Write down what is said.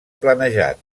planejat